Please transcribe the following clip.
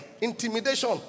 intimidation